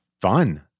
fun